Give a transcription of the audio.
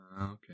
Okay